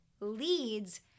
leads